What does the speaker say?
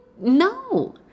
No